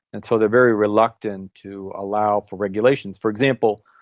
and so they are very reluctant to allow for regulations for example,